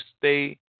stay